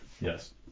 Yes